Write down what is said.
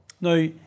now